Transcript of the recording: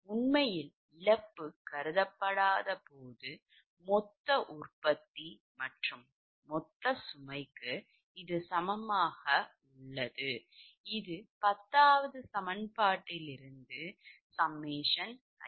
உண்மையில் இழப்பு கருதப்படாதபோது மொத்த உற்பத்தி மொத்த சுமைக்கு சமம் இது 10 சமன்பாடுலிருந்து கண்டறியப்பட்டது